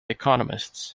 economists